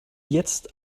jetzt